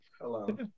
Hello